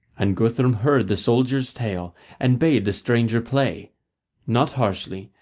and guthrum heard the soldiers' tale and bade the stranger play not harshly,